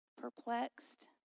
perplexed